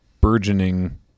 burgeoning